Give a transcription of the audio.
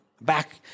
back